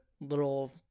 little